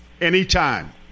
Anytime